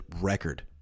record